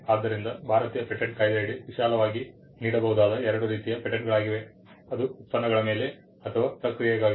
ಆದ್ದರಿಂದ ಭಾರತೀಯ ಪೇಟೆಂಟ್ ಕಾಯ್ದೆಯಡಿ ವಿಶಾಲವಾಗಿ ನೀಡಬಹುದಾದ ಎರಡು ರೀತಿಯ ಪೇಟೆಂಟ್ಗಳಾಗಿವೆ ಅದು ಉತ್ಪನ್ನಗಳ ಮೇಲೆ ಅಥವಾ ಪ್ರಕ್ರಿಯೆಗಾಗಿ